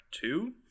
Two